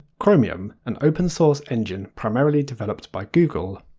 chromium an open source engine primarily developed by google.